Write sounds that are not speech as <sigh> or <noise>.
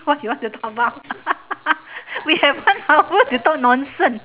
who ask you all to come out <laughs> we have one hour to talk nonsense